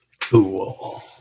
Cool